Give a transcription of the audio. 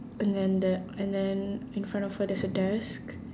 and then there and then in front of her there's a desk